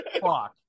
fuck